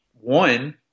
One